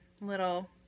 little